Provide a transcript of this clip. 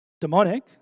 demonic